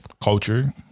Culture